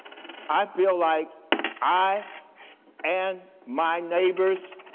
i feel like i and my neighbors,